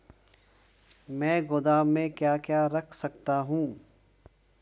मैं गोदाम में क्या क्या रख सकता हूँ?